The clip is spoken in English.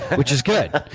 which is good,